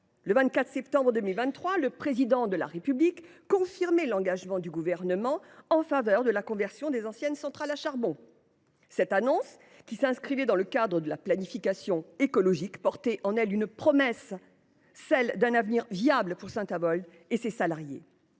Le 24 septembre 2023, le Président de la République a confirmé l’engagement du Gouvernement en faveur de la conversion des anciennes centrales à charbon. Cette annonce, qui s’inscrivait dans le cadre de la planification écologique, portait en elle une promesse, celle d’un avenir viable pour Saint Avold et ses salariés.